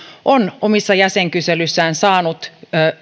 on omissa jäsenkyselyissään saanut